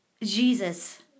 Jesus